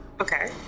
Okay